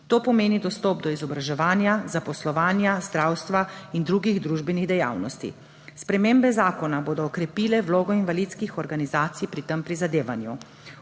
To pomeni dostop do izobraževanja, zaposlovanja, zdravstva in drugih družbenih dejavnosti. Spremembe zakona bodo okrepile vlogo invalidskih organizacij pri tem prizadevanju.